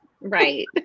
Right